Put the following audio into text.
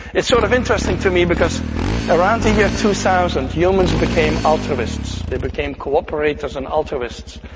it's sort of interesting to me because around the year two thousand humans became altruists, they became co-operators and altruists,